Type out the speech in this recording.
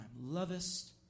Lovest